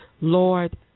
Lord